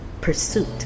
pursuit